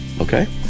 Okay